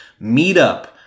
meetup